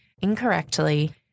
Incorrectly